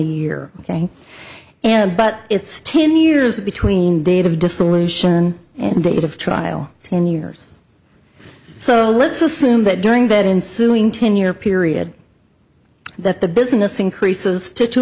year ok and but it's ten years between date of dissolution and date of trial ten years so let's assume that during that ensue ing ten year period that the business increases to two